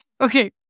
Okay